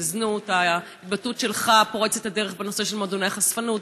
בזנות ההתבטאות שלך פורצת הדרך בנושא של מועדוני חשפנות,